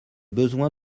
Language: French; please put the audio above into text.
besoin